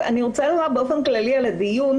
אני רוצה לומר באופן כללי על הדיון,